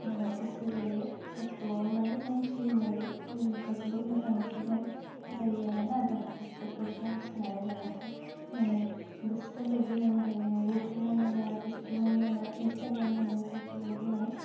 माने गोसो जायो फेसबुकावबो माने जों फिल्म नायो फिल्मफोरखौबो मोजां नुजोबनाय जायो आरोना डाटा पेकखौ बुरजा सोनानै लाबाथाय माने गोसो बायदि नायनो हायो युटुब नायनो ना फेसबुक नायनो ना इन्सटाग्राम नायनो बेफोरबायदि माने